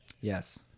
yes